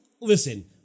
listen